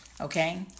Okay